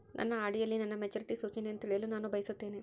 ನನ್ನ ಆರ್.ಡಿ ಯಲ್ಲಿ ನನ್ನ ಮೆಚುರಿಟಿ ಸೂಚನೆಯನ್ನು ತಿಳಿಯಲು ನಾನು ಬಯಸುತ್ತೇನೆ